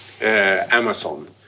Amazon